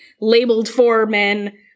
labeled-for-men